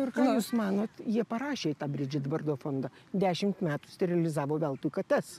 ir ką jūs manot jie parašė įtą bridžit bardo fondą dešimt metų sterilizavo veltui kates